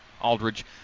Aldridge